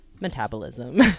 metabolism